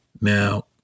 Now